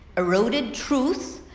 eroded truth,